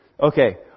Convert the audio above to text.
Okay